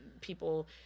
people